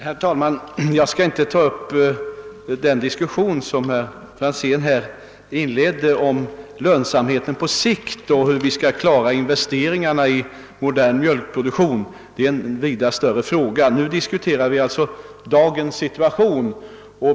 Herr talman! Jag skall inte ta upp den diskussion som herr Franzén i Träkumla inledde om lönsamheten på sikt och hur vi skall klara investeringarna i modern mjölkproduktion. Det är en vida större fråga. Nu diskuterar vi alltså dagens situation.